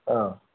अँ